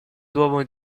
duomo